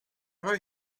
now